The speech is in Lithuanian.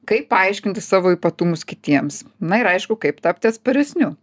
kaip paaiškinti savo ypatumus kitiems na ir aišku kaip tapti atsparesniu